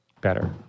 better